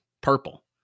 purple